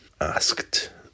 asked